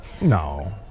No